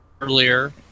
earlier